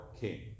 king